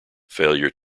failure